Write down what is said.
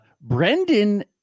Brendan